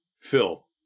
Phil